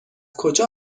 کجا